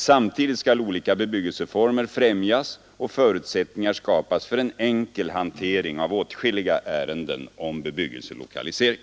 Samtidigt skall olika bebyggelseformer främjas och förutsättningar skapas för en enkel hantering av åtskilliga ärenden om bebyggelselokalisering.